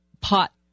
Pot